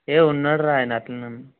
ఏయి ఉన్నాడు రా ఆయన అట్లనే